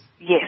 Yes